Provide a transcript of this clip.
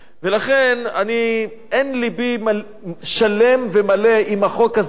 ולכן, אין לבי שלם ומלא עם החוק הזה,